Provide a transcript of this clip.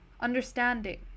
understanding